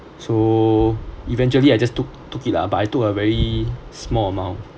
so eventually I just took took it lah but I took a very small amount